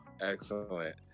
excellent